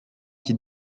qui